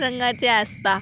रंगाचे आसता